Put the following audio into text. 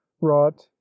wrought